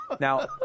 Now